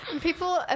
people